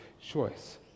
choice